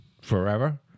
forever